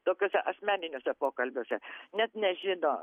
tokiuose asmeniniuose pokalbiuose net nežino